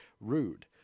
rude